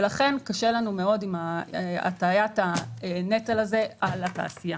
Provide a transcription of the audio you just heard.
ולכן קשה לנו מאוד עם הטלת הנטל הזה על התעשייה.